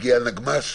והגיע נגמ"ש?